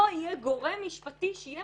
לא יהיה גורם משפטי שיהיה